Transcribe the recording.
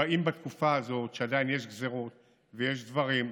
באים בתקופה הזאת, שעדיין יש גזרות ויש דברים,